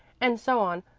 and so on.